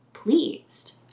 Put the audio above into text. pleased